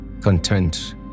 Content